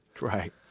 Right